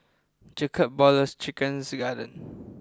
Jacob Ballas Chicken's Garden